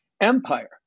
Empire